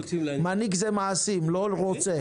מנהיג זה מעשים, לא רוצה.